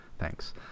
thanks